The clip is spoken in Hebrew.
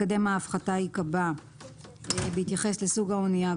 מקדם ההפחתה ייקבע בהתייחס לסוג האנייה,